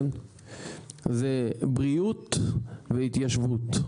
זה בריאות והתיישבות.